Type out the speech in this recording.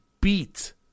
beat